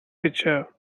pitcher